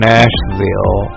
Nashville